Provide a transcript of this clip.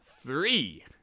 Three